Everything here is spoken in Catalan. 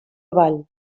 avall